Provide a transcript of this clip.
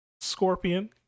Scorpion